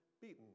beaten